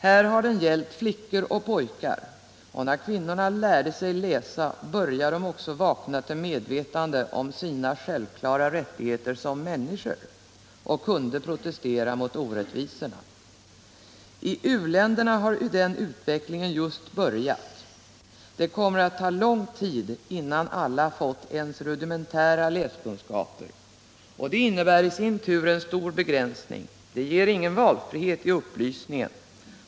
Här har den gällt flickor och pojkar, och när kvinnorna lärde sig läsa började de också vakna till medvetande om sina självklara rättigheter som människor och kunde protestera mot orättvisorna. I u-länderna har den utvecklingen just börjat. Det kommer att ta lång tid innan alla fått ens rudimentära läskunskaper. Och det innebär i sin tur en stor begränsning, det ger ingen valfrihet i upplysningen.